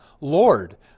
Lord